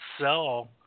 sell